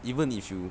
even if you